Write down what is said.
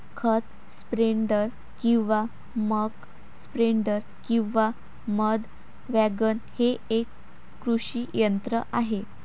खत स्प्रेडर किंवा muck spreader किंवा मध वॅगन हे एक कृषी यंत्र आहे